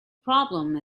problem